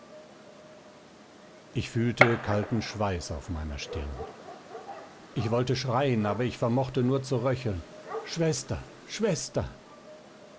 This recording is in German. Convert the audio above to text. ich fühlte kalten schweiß auf meiner stirn ich wollte schreien aber ich vermochte nur zu röcheln schwester schwester